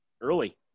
early